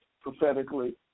prophetically